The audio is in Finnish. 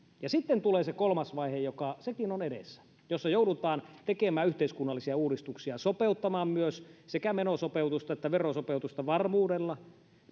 sitten tulee se kolmas vaihe joka sekin on edessä jossa joudutaan tekemään yhteiskunnallisia uudistuksia sopeuttamaan tekemään sekä menosopeutusta että verosopeutusta varmuudella